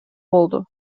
болду